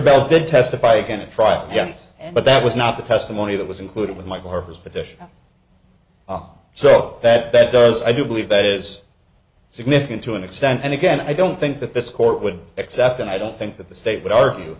mr bell did testify again a trial yes but that was not the testimony that was included with my corpus petition so that that does i do believe that is significant to an extent and again i don't think that this court would accept and i don't think that the state would argue